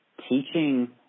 teaching